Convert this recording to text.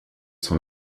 son